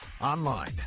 Online